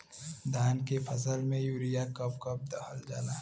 धान के फसल में यूरिया कब कब दहल जाला?